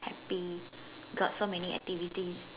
happy got so many activities